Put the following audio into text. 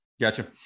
Gotcha